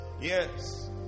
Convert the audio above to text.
yes